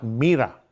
mira